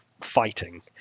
fighting